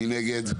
מי בעד ההסתייגות?